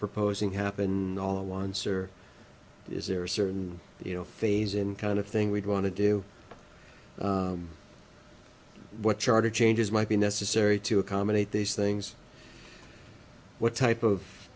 proposing happen all at once or is there a certain you know phase in kind of thing we'd want to do what charter changes might be necessary to accommodate these things what type of